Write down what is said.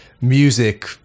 music